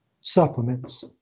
supplements